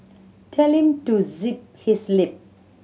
tell him to zip his lip